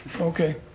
Okay